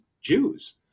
Jews